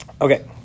Okay